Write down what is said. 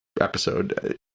episode